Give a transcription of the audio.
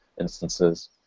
instances